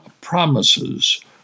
promises